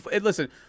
Listen